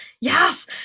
Yes